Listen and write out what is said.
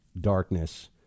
darkness